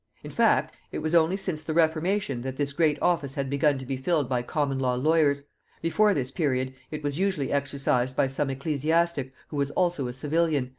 in fact, it was only since the reformation that this great office had begun to be filled by common-law lawyers before this period it was usally exercised by some ecclesiastic who was also a civilian,